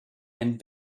and